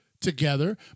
together